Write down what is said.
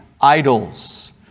idols